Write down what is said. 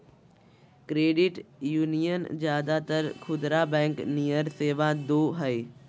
credit union ज्यादातर खुदरा bank नियर सेवा दो हइ